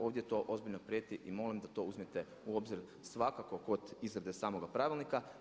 Ovdje to ozbiljno prijeti i molim da to uzmete u obzir svakako kod izrade samoga pravilnika.